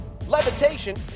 levitation